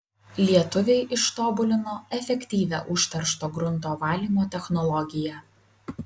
lietuviai ištobulino efektyvią užteršto grunto valymo technologiją